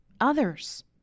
others